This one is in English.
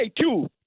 Two